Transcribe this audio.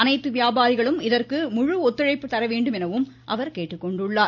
அனைத்து வியாபாரிகளும் இதற்கு முழுத்துழைப்பு தரவேண்டும் என அவர் கேட்டுக்கொண்டுள்ளார்